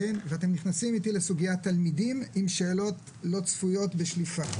ואתם נכנסים איתי לסוגיית התלמידים עם שאלות לא צפויות בשליפה.